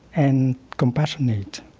and compassionate.